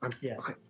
Yes